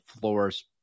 floor's